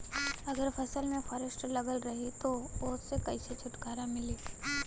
अगर फसल में फारेस्ट लगल रही त ओस कइसे छूटकारा मिली?